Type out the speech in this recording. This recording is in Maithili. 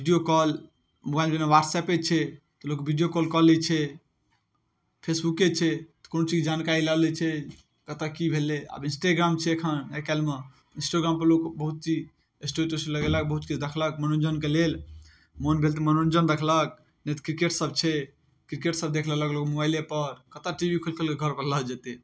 वीडिओ कॉल मोबाइल जेना वाट्सएपे छै लोक वीडिओ कॉल कऽ लै छै फेसबुके छै कोनो चीज जानकारी लऽ लै छै कतहु कि भेलै आब इन्स्टेग्राम छै एखन आइकाल्हिमे इन्स्टोग्रामपर लोक बहुत चीज एस्टोरी तेस्टोरी लगेलक बहुत किछु देखलक मनोरञ्जनके लेल मोन भेल तऽ मनोरञ्जन देखलक नहि तऽ किरकेटसब छै किरकेटसब देखि लेलक लोक मोबाइलेपर कतऽ टी वी खोलि खोलिकऽ घरपर लऽ जेतै